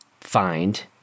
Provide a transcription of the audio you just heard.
find